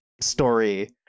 story